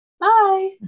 Bye